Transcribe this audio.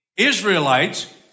Israelites